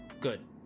Good